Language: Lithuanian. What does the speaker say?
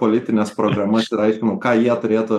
politines programas ir aiškinau ką jie turėtų